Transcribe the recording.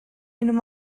and